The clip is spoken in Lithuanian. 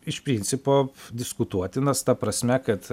iš principo diskutuotinas ta prasme kad